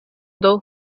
dos